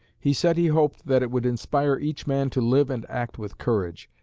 he said he hoped that it would inspire each man to live and act with courage,